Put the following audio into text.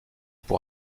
pour